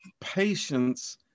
patience